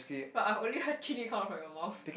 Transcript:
but I've only heard Jun-Yi come out from your mouth